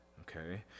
Okay